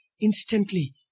Instantly